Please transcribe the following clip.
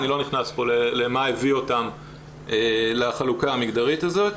אני לא נכנס פה למה הביא אותן לחלוקה המגדרית הזאת.